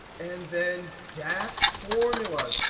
and then dax formulas.